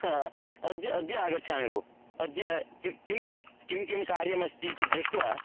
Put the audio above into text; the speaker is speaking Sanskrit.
हा अद्य अद्य आगच्छामि भो अद्य किं किं किं किं कार्यमस्ति इति दृष्ट्वा